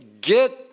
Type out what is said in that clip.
get